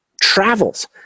travels